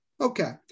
Okay